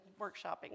workshopping